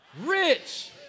rich